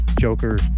Joker